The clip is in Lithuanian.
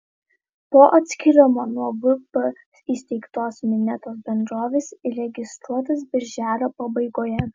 po atskyrimo nuo vp įsteigtos minėtos bendrovės įregistruotos birželio pabaigoje